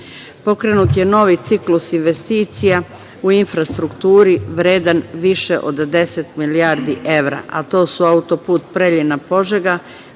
pruga. Pokrenut je novi ciklus investicija u infrastrukturi vredan više od 10 milijardi evra, a to su auto-put Preljina-Požega,